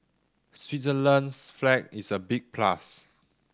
Switzerland's flag is a big plus